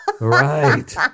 Right